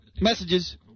messages